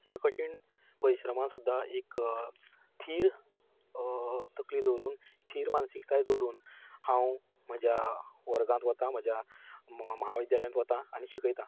ह्या कठीण परिश्रमा सुद्दां एक थीर तकली दवरून थीर मानसीकताय दवरून हांव म्हज्या वर्गांत वतां म्हज्या म महाविद्यालयांत वतां आनी शिकयतां